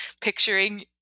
picturing